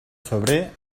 febrer